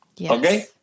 Okay